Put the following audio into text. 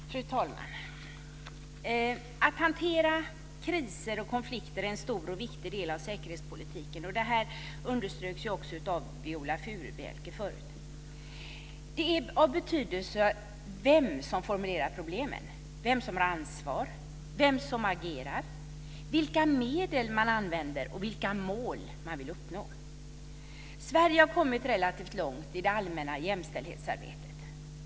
Fru talman! Att hantera kriser och konflikter är en stor och viktig del av säkerhetspolitiken. Det underströks också av Viola Furubjelke förut. Det är av betydelse vem som formulerar problemen, vem som har ansvar, vem som agerar, vilka medel man använder och vilka mål man vill uppnå. Sverige har kommit relativt långt i det allmänna jämställdhetsarbetet.